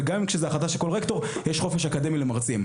וגם כשזה החלטה של כל רקטור יש חופש אקדמי למרצים.